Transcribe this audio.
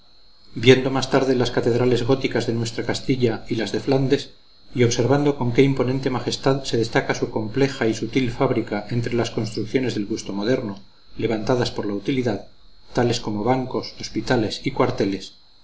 viendo más tarde las catedrales llamadas góticas de nuestra castilla y las de flandes y observando con qué imponente majestad se destaca su compleja y sutil fábrica entre las construcciones del gusto moderno levantadas por la utilidad tales como bancos hospitales y cuarteles